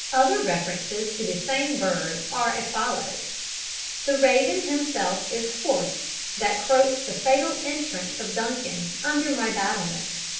other references to the same bird are as follows the raven himself is hoarse that croaks the fatal entrance of duncan under my battlements.